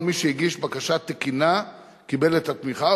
כל מי שהגיש בקשה תקינה קיבל את התמיכה,